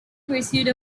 pursued